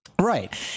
Right